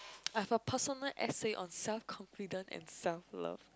I've a personal essay on self confidence and self love